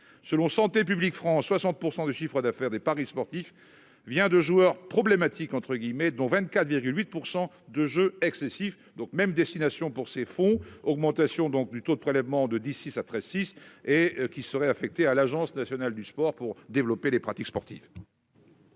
selon Santé publique France 60 % du chiffre d'affaire des paris sportifs vient de joueurs problématiques entre guillemets dont 24,8 pour 100 de jeu excessif, donc même destination pour ces fonds augmentation donc du taux de prélèvements de d'ici ça très 6 et qui serait affectés à l'Agence nationale du sport pour développer les pratiques sportives.